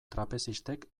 trapezistek